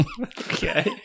Okay